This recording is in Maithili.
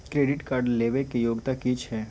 क्रेडिट कार्ड लेबै के योग्यता कि छै?